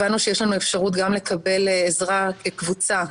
אפשרות לקבל עזרה כקבוצה,